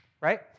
right